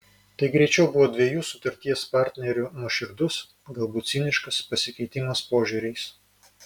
tai greičiau buvo dviejų sutarties partnerių nuoširdus galbūt ciniškas pasikeitimas požiūriais